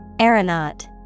Aeronaut